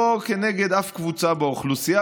לא כנגד אף קבוצה באוכלוסייה,